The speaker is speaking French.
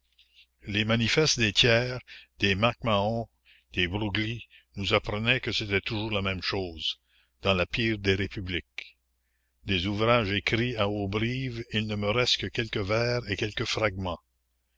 les manifestes des thiers des mac mahon des broglie nous apprenaient que c'était toujours la même chose dans la pire des républiques des ouvrages écrits à auberive il ne me reste que quelques vers et quelques fragments